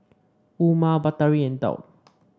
Umar Batari and Daud